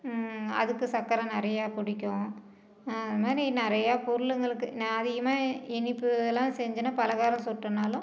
அதுக்கு சக்கரை நிறையா பிடிக்கும் அது மாதிரி நிறையா பொருளுங்களுக்கு நான் அதிகமாக இனிப்புலாம் செஞ்சேனா பலகாரம் சுட்டேனாலும்